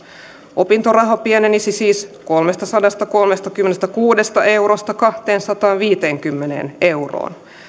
opintoraha pienenisi siis kolmestasadastakolmestakymmenestäkuudesta eurosta kahteensataanviiteenkymmeneen euroon